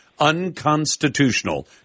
unconstitutional